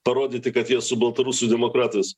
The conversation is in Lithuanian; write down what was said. parodyti kad jie su baltarusių demokratais